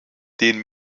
den